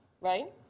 right